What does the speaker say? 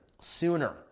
sooner